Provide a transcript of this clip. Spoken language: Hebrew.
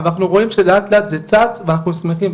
אנחנו רואים שלאט לאט זה צץ ואנחנו שמחים.